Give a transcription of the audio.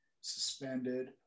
Suspended